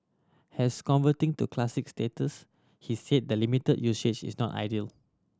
has converting to Classic status he said the limited usage is not ideal